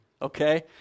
Okay